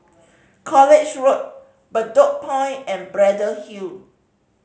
College Road Bedok Point and Braddell Hill